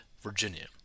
Virginia